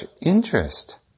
interest